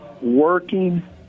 working